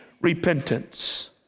repentance